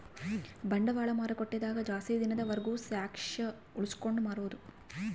ಬಂಡವಾಳ ಮಾರುಕಟ್ಟೆ ದಾಗ ಜಾಸ್ತಿ ದಿನದ ವರ್ಗು ಸ್ಟಾಕ್ಷ್ ಉಳ್ಸ್ಕೊಂಡ್ ಮಾರೊದು